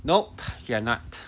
nope you are not